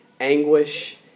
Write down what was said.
anguish